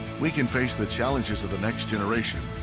we can face the challenges of the next generation